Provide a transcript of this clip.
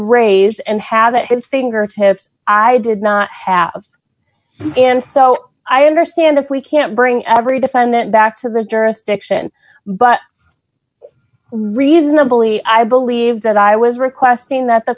raise and have at his fingertips i did not have and so i understand if we can't bring every defendant back to the jurisdiction but reasonably i believe that i was requesting that the